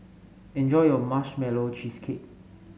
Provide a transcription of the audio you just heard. enjoy your Marshmallow Cheesecake